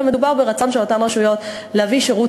אלא מדובר ברצון של אותן רשויות להביא שירות